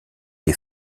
est